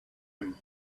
him